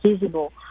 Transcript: visible